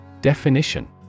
definition